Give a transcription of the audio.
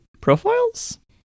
Profiles